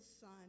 Son